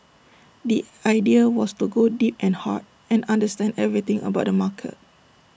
the idea was to go deep and hard and understand everything about the market